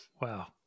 Wow